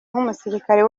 nk’umusirikare